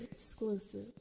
exclusive